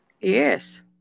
Yes